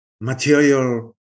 material